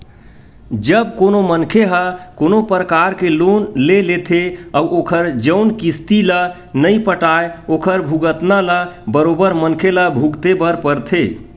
जब कोनो मनखे ह कोनो परकार के लोन ले लेथे अउ ओखर जउन किस्ती ल नइ पटाय ओखर भुगतना ल बरोबर मनखे ल भुगते बर परथे